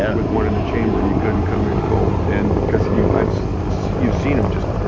yeah with one in the chamber, you couldn't come in cold and because you've you've seen him just,